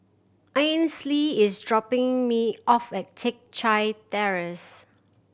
Ainsley is dropping me off at Teck Chye Terrace